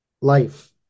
life